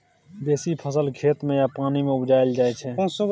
बेसी फसल खेत मे या पानि मे उपजाएल जाइ छै